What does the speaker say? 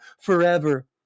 forever